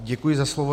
Děkuji za slovo.